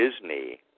Disney